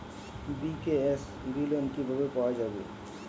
BKSB loan কিভাবে পাওয়া যাবে?